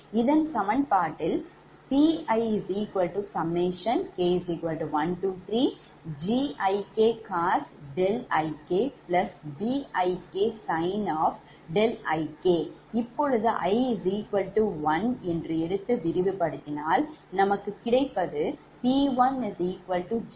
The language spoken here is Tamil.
இந்த சமன்பாட்டில் Pik13Gik cosikBik Sin ik இப்போது i1 என்று எடுத்து விரிவுபடுத்தினால் நமக்கு கிடைப்பது P1G11G12cos12B12sin12G13cos13B13sin13